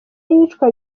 y’iyicwa